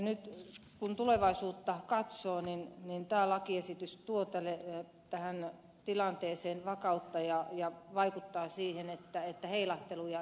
nyt kun tulevaisuutta katsoo niin tämä lakiesitys tuo tähän tilanteeseen vakautta ja vaikuttaa siihen että heilahteluja ei myöskään tule syntymään